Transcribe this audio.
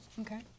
Okay